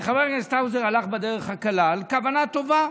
חבר הכנסת האוזר הלך בדרך הקלה, על כוונה טובה,